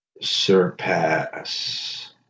surpass